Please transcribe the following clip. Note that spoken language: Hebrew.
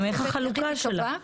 וגם איך החלוקה שלה.